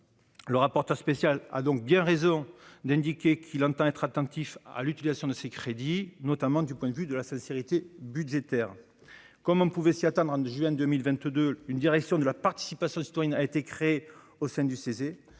Le rapporteur spécial a donc bien raison d'indiquer qu'il entend être attentif à l'utilisation de ces crédits, notamment du point de vue de la sincérité budgétaire. Comme l'on pouvait s'y attendre, en juin 2022, une direction de la participation citoyenne a été créée au sein du Cese.